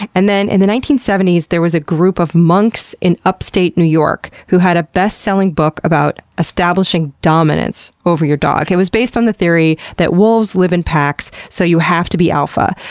and then in the nineteen seventy s, there was a group of monks in upstate new york who had a best-selling book about establishing dominance over your dog. it was based on the theory that wolves live in packs so you have to be alpha,